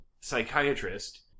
psychiatrist